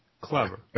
clever